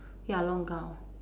ya long gown